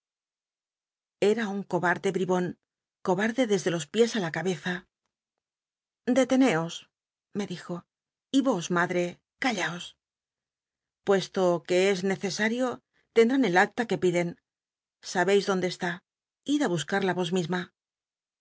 era un cobarde bl'ibon cobarde desde los piés i la cabeza os madrc callaos deteneos me dijo y vos madre callaos puesto que es neccsario tcndrün el acta que piden sabcis donde estü id i buscarla vos misma